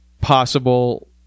possible